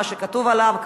מה שכתוב עליו,